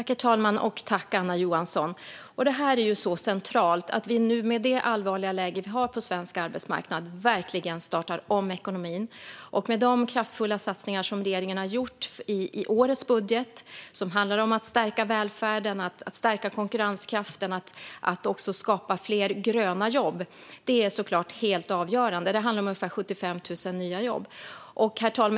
Herr talman! Det här är väldigt centralt: att vi, med det allvarliga läge vi har på svensk arbetsmarknad, verkligen startar om ekonomin. Regeringen har gjort kraftfulla satsningar i årets budget som handlar om att stärka välfärden, att stärka konkurrenskraften och också att skapa fler gröna jobb. Det är såklart helt avgörande. Det handlar om ungefär 75 000 nya jobb.